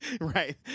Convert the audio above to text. Right